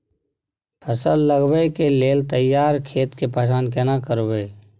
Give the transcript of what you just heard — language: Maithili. फसल लगबै के लेल तैयार खेत के पहचान केना करबै?